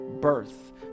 birth